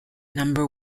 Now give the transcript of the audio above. number